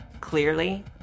clearly